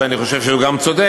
ואני חושב שהוא גם צודק,